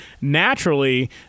naturally